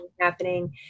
happening